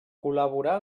col·laborà